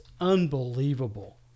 unbelievable